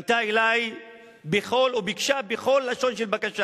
פנתה אלי וביקשה בכל לשון של בקשה